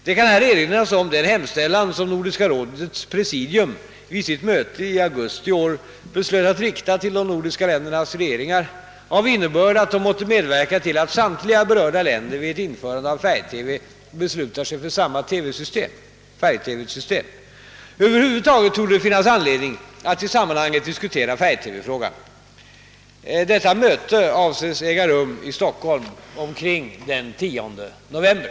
Det kan här erinras om den hemställan, som Nordiska rådets presidium vid sitt möte i augusti i år beslöt att rikta till de nordiska ländernas regeringar av innebörd att de måtte medverka till att samtliga berörda länder vid ett införande av färg-TV beslutar sig för samma färg TV-system. Över huvud torde det finnas anledning att i sammanhanget diskutera färg-TV-frågan. Ifrågavarande möte avses äga rum i Stockholm omkring den 10 november.